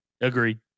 Agreed